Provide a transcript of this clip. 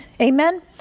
Amen